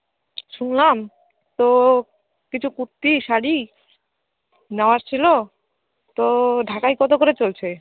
শুনলাম তো কিছু কুর্তি শাড়ি নেওয়ার ছিলো তো ঢাকাই কতো করে চলছে